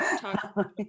talk